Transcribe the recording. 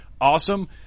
awesome